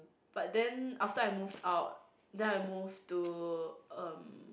but then after I moved out then I move to um